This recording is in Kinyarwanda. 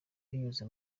binyuze